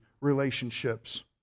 relationships